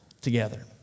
together